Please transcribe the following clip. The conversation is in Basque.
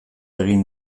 egin